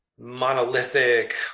monolithic